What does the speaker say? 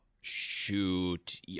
Shoot